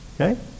Okay